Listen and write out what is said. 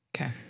okay